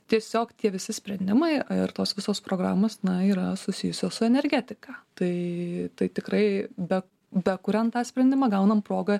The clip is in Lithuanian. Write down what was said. tiesiog tie visi sprendimai ir tos visos programos na yra susijusios su energetika tai tai tikrai be bekuriant tą sprendimą gaunam progą